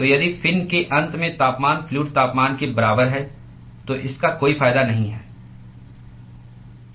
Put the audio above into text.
तो यदि फिन के अंत में तापमान फ्लूअड तापमान के बराबर है तो इसका कोई फायदा नहीं है